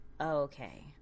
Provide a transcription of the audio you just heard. Okay